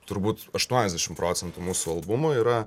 turbūt aštuoniasdešim procentų mūsų albumų yra